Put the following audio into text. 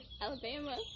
Alabama